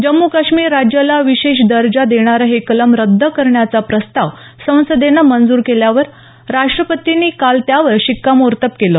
जम्मू काश्मीर राज्याला विशेष दर्जा देणारं हे कलम रद्द करण्याचा प्रस्ताव संसदेने मंजूर केल्यावर राष्ट्रपतींनी काल त्यावर शिक्कामोर्तब केलं